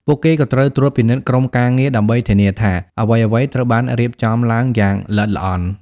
ពួកគេក៏ត្រូវត្រួតពិនិត្យក្រុមការងារ ដើម្បីធានាថាអ្វីៗត្រូវបានរៀបចំឡើងយ៉ាងល្អិតល្អន់។